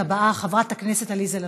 חברת הכנסת עליזה לביא,